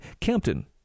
Campton